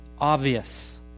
obvious